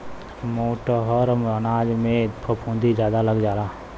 मोटहर अनाजन में फफूंदी जादा लग जाला